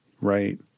Right